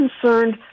concerned